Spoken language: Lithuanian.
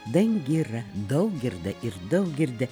dangirą daugirdą ir daugirdę